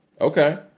Okay